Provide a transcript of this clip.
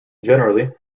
generally